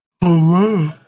Hello